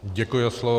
Děkuji za slovo.